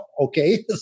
okay